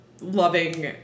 loving